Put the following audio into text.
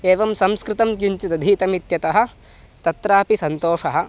एवं संस्कृतं किञ्चित् अधीतम् इत्यतः तत्रापि सन्तोषः